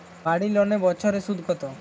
বাড়ি লোনের বছরে সুদ কত?